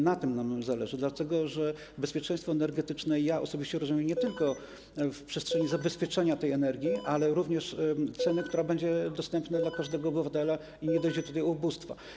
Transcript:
Na tym nam zależy, dlatego że bezpieczeństwo energetyczne ja osobiście rozumiem nie tylko jako przestrzeń zabezpieczenia tej energii, ale również zabezpieczenia ceny, która będzie dostępna dla każdego obywatela, i nie dojdzie tu do ubóstwa.